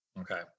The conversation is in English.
Okay